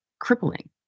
crippling